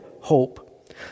hope